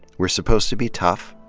we're supposed to be tough,